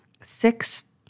six